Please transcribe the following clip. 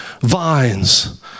vines